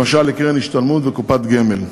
למשל לקרן השתלמות וקופת גמל.